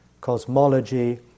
cosmology